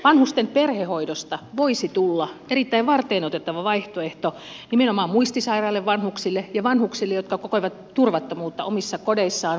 vanhusten perhehoidosta voisi tulla erittäin varteenotettava vaihtoehto nimenomaan muistisairaille vanhuksille ja vanhuksille jotka kokevat turvattomuutta omissa kodeissaan kotipalveluista huolimatta